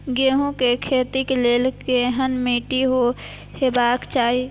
गेहूं के खेतीक लेल केहन मीट्टी हेबाक चाही?